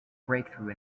breakthrough